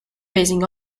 basing